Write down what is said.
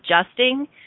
adjusting